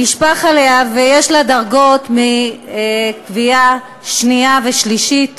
נשפך עליה, ויש לה כווייות בדרגה שנייה ושלישית.